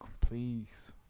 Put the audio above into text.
Please